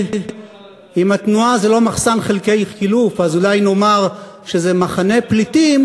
אם התנועה זה לא מחסן חלקי חילוף אז אולי נאמר שזה מחנה פליטים